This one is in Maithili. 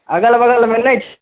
अगल बगलमे नहि छै